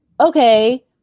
okay